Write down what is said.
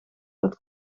dat